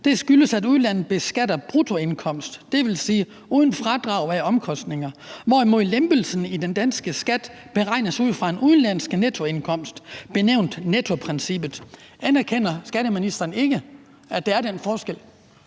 Det skyldes, at udlandet beskatter bruttoindkomst, det vil sige uden fradrag af omkostninger, hvorimod lempelsen i den danske skat beregnes ud fra en udenlandsk nettoindkomst benævnt nettoprincippet. Anerkender skatteministeren ikke, at der er den forskel?